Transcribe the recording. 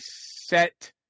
set –